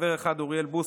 חבר אחד: אוריאל בוסו,